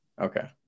Okay